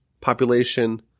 population